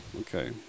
okay